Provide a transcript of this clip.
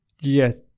Yes